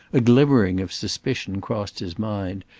a glimmering of suspicion crossed his mind,